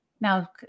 Now